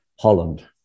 Holland